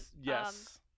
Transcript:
yes